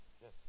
Yes